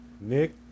Nick